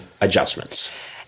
adjustments